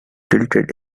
tilted